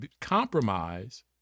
compromise